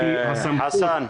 חסן,